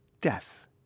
death